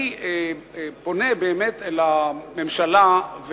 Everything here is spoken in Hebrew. אני פונה לממשלה,